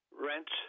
rents